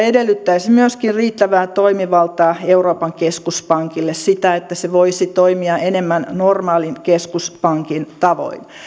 edellyttäisi myöskin riittävää toimivaltaa euroopan keskuspankille sitä että se voisi toimia enemmän normaalin keskuspankin tavoin